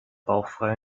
bauchfrei